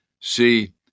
See